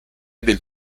del